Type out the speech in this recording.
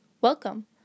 welcome